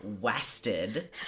wasted